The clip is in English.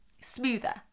smoother